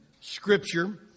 Scripture